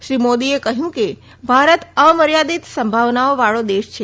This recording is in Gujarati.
શ્રી મોદીએ કહ્યું કે ભારત અમર્યાદિત સંભાવનાઓ વાળો દેશ છે